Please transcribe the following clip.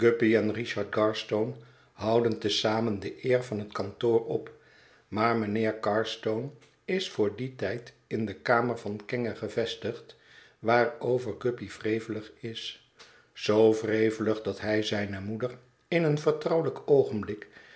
richard carstone houden te zamen de eer van het kantoor op maar mijnheer carstone is voor dien tijd in de kamer van kenge gevestigd waarover guppy wrevelig is zoo wrevelig dat hij zijne moeder in een vertrouwelijk oogenblik